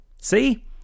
See